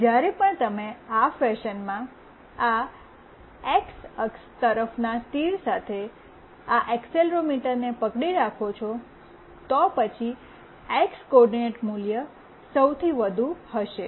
જ્યારે પણ તમે આ ફેશનમાં આ એક્સ અક્ષ તરફના તીર સાથે આ એક્સેલરોમીટરને પકડી રાખો છો તો પછી એક્સ કોઓર્ડિનેટ મૂલ્ય સૌથી વધુ હશે